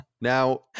Now